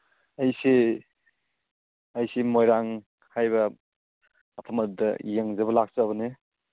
ꯑꯩꯁꯤ ꯑꯩꯁꯤ ꯃꯣꯏꯔꯥꯡ ꯍꯥꯏꯕ ꯃꯐꯝ ꯑꯗꯨꯗ ꯌꯦꯡꯖꯕ ꯂꯥꯛꯆꯕꯅꯤ